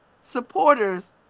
supporters